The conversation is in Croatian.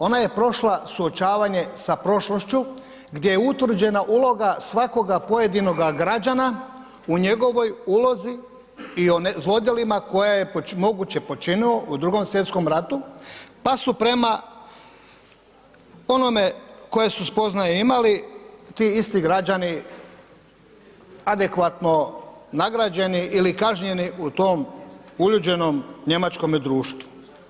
Ona je prošla suočavanje sa prošlošću gdje je utvrđena uloga svakoga pojedinoga građana u njegovoj ulozi i zlodjelima koje je moguće počinio u Drugom svjetskom ratu, pa su prema onome koje su spoznaje imali, ti isti građani adekvatno nagrađeni ili kažnjeni u tom uljuđenom njemačkome društvu.